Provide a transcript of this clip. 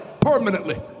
permanently